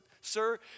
sir